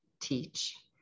Teach